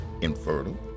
infertile